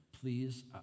please